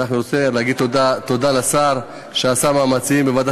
אני רוצה להגיד תודה לשר שעשה מאמצים בוועדת